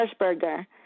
Hershberger